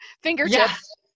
fingertips